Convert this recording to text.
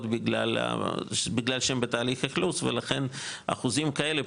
בגלל שהם בתהליך אכלוס ולכן אחוזים כאלה,